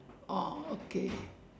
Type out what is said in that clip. oh okay